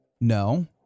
No